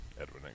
Edwin